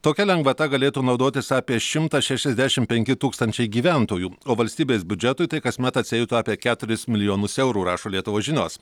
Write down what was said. tokia lengvata galėtų naudotis apie šimtas šešiasdešim penki tūkstančiai gyventojų o valstybės biudžetui tai kasmet atsieitų apie keturis milijonus eurų rašo lietuvos žinios